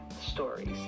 stories